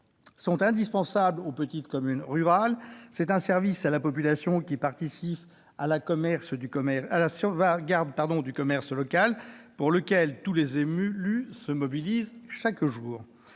sont indispensables aux petites communes rurales. C'est un service à la population qui participe à la sauvegarde du commerce local, pour lequel tous les élus se mobilisent chaque jour.